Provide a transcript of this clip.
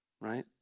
right